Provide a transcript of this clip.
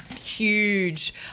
huge